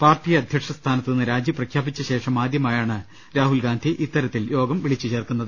party അധ്യക്ഷ സ്ഥാന ത്തുനിന്ന് രാജി പ്രഖ്യാപിച്ചശേഷം ആദ്യമായാണ് രാഹുൽഗാന്ധി ഇത്തരത്തിൽ യോഗം വിളിച്ചുചേർക്കുന്നത്